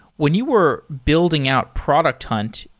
when you were building out product hunt,